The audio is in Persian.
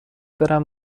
برم